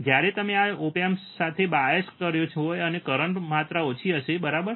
જ્યારે તમે તમારા ઓપ એમ્પ સાથે બાયસ કર્યો હોય ત્યારે કરંટની માત્રા ઓછી હશે બરાબર